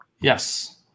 Yes